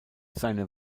seine